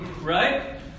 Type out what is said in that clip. Right